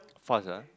fast ah